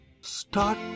start